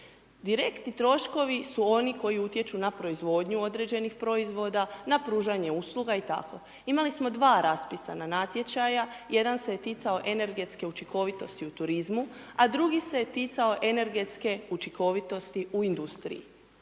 Direktni troškovi su oni koji utječu na proizvodnju određenih proizvoda, na pružanje usluga i tako. Imali smo dva raspisana natječaja, jedan se ticao energetske učinkovitosti u turizmu a drugi se ticao energetske učinkovitosti u industriji.